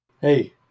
Hey